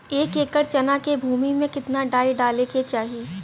एक एकड़ चना के भूमि में कितना डाई डाले के चाही?